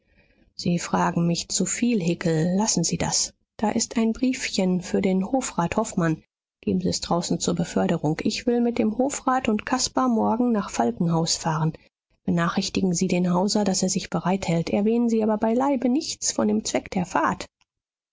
sie fragen mich zu viel hickel lassen sie das da ist ein briefchen für den hofrat hofmann geben sie es draußen zur beförderung ich will mit dem hofrat und caspar morgen nach falkenhaus fahren benachrichtigen sie den hauser daß er sich bereithält erwähnen sie aber beileibe nichts von dem zweck der fahrt